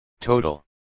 Total